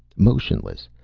motionless,